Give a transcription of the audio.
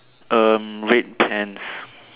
um red pants